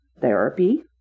Therapy